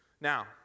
Now